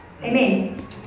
Amen